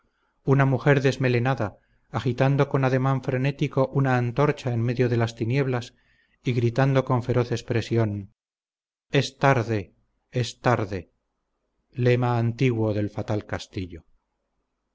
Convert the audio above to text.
una mujer desmelenada agitando con ademán frenético una antorcha en medio de las tinieblas y gritando con feroz expresión es tarde es tarde lema antiguo del fatal castillo